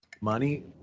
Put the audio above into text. money